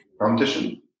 competition